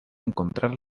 encontrar